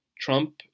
Trump